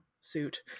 suit